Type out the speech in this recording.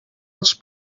als